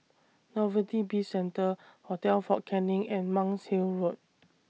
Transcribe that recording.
Novelty Bizcentre Hotel Fort Canning and Monk's Hill Road